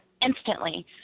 instantly